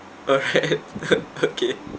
alright oh okay